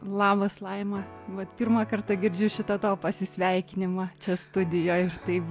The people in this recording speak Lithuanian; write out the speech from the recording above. labas laima vat pirmą kartą girdžiu šitą tavo pasisveikinimą čia studijoj ir taip